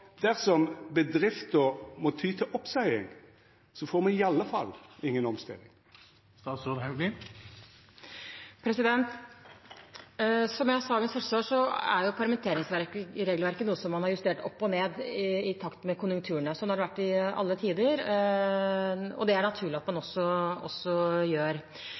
Dersom bedrifta må ty til oppseiing, får me i alle fall inga omstilling. Som jeg sa i mitt første svar, er permitteringsregelverket noe man har justert opp og ned i takt med konjunkturene. Sånn har det vært i alle tider, og det er det også naturlig at man